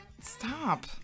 Stop